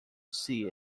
see